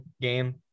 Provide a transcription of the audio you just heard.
game